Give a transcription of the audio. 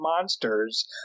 monsters